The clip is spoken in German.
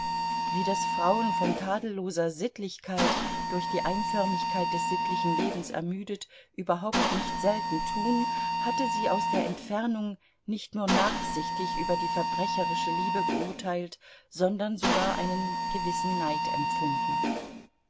wie das frauen von tadelloser sittlichkeit durch die einförmigkeit des sittlichen lebens ermüdet überhaupt nicht selten tun hatte sie aus der entfernung nicht nur nachsichtig über die verbrecherische liebe geurteilt sondern sogar einen gewissen neid empfunden